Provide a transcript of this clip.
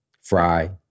fry